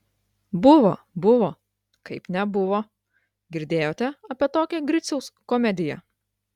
buvo buvo kaip nebuvo girdėjote apie tokią griciaus komediją